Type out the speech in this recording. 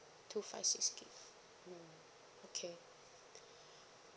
two five six gig mmhmm okay